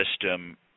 system